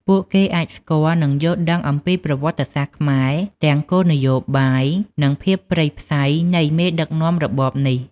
ពួកគេអាចស្គាល់ និងយល់ដឹងអំពីប្រវត្តសាស្រ្តខ្មែរ ទាំង គោលនយោបាយ និងភាពព្រៃផ្សៃនៃមេដឹកនាំរបបនេះ។